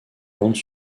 ventes